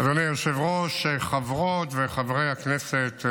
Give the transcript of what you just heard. אדוני היושב-ראש, חברות וחברי הכנסת,